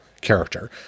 character